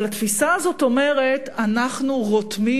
אבל התפיסה הזאת אומרת שאנחנו רותמים